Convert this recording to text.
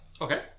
okay